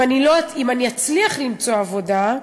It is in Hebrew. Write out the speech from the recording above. אם אני אצליח למצוא עבודה,